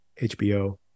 HBO